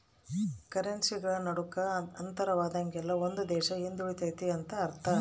ಕರೆನ್ಸಿಗಳ ನಡುಕ ಅಂತರವಾದಂಗೆಲ್ಲ ಒಂದು ದೇಶ ಹಿಂದುಳಿತೆತೆ ಅಂತ ಅರ್ಥ